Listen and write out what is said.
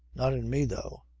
not in me though.